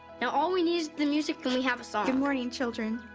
now all we need is the music and we have a song. good morning children.